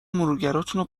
مرورگراتونو